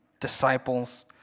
disciples